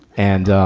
and,